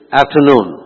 afternoon